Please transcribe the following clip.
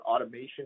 automation